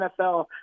NFL –